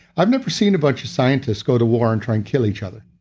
i've never seen a bunch of scientists go to war and try and kill each other